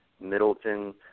Middleton